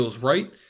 right